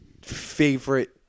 favorite